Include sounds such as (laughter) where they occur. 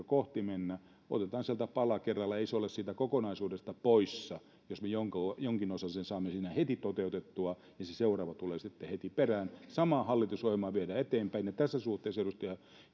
(unintelligible) kohti mennä mutta otetaan sieltä pala kerrallaan ei se ole siitä kokonaisuudesta poissa jos me jonkin jonkin osasen saamme siinä heti toteutettua ja se seuraava tulee sitten heti perään samaa hallitusohjelmaa viedään eteenpäin ja tässä suhteessa edustaja